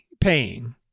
paying